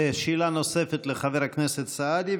שאלה נוספת לחבר הכנסת סעדי,